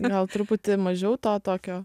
gal truputį mažiau to tokio